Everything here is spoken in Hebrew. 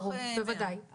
בוודאי.